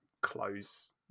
close